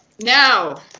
Now